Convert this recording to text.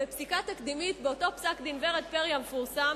בפסיקה תקדימית באותו פסק-דין ורד פרי המפורסם,